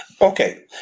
okay